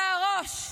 אתה הראש,